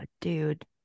dude